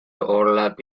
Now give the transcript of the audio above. overlap